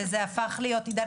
עידן,